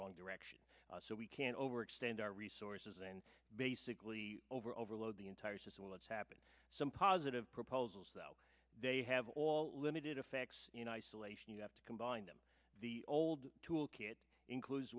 wrong direction so we can't overextend our resources and basically over overload the entire system what's happened some positive proposals they have all limited effects in isolation you have to combine them the old tool kit includes